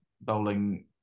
bowling